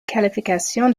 qualifications